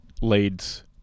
leads